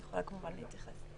היא יכולה כמובן להתייחס.